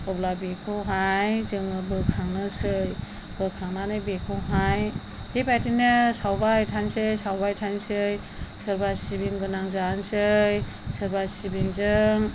अब्ला बेखौहाय जोङो बोखांनोसै बोखांनानै बेखौहाय बेबादिनो सावबाय थानोसै सावबाय थानोसै सोरबा सिबिंगोनां जानोसै सोरबा सिबिंजों